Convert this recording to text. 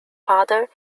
father